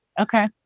Okay